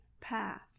path